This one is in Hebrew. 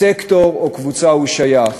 סקטור או קבוצה הוא שייך.